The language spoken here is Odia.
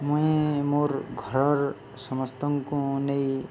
ମୁଇଁ ମୋର୍ ଘରର ସମସ୍ତଙ୍କୁ ନେଇ